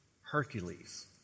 Hercules